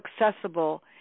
accessible